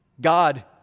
God